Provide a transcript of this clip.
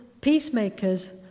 peacemakers